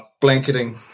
Blanketing